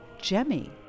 Jemmy